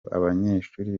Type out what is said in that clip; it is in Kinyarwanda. abanyeshuri